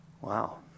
Wow